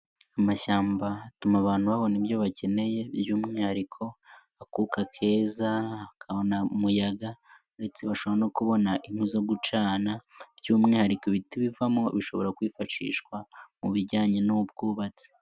Amashyamba atuma abantu babona ibyo bakeneye by'umwihariko akuka keza, bakabona umuyaga ndetse bashobora no kubona inkwi zo gucana by'umwihariko ibiti bivamo bishobora kwifashishwa mu bijyanye n'ubwubatsi.